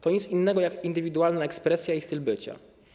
To nic innego jak indywidualna ekspresja i styl bycia.